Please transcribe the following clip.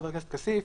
חבר הכנסת כסיף,